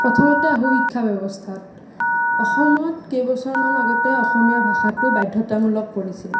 প্ৰথমতেই আহোঁ শিক্ষা ব্যৱস্থাত অসমত কেইবছৰমান আগতে অসমীয়া ভাষাটো বাধ্যতামূলক কৰিছিল